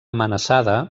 amenaçada